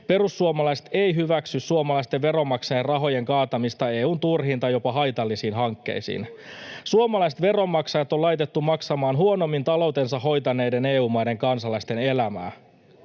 Perussuomalaiset eivät hyväksy suomalaisten veronmaksajien rahojen kaatamista EU:n turhiin tai jopa haitallisiin hankkeisiin. Suomalaiset veronmaksajat on laitettu maksamaan huonommin taloutensa hoitaneiden EU-maiden kansalaisten elämää.